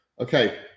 Okay